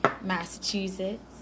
Massachusetts